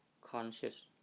conscious